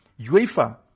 UEFA